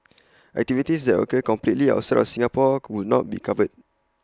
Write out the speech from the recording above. activities that occur completely outside of Singapore would not be covered